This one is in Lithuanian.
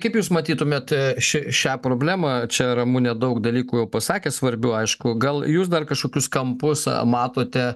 kaip jūs matytumėt šią problemą čia ramunė daug dalykų pasakė svarbių aišku gal jūs dar kažkokius kampus matote